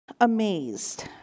amazed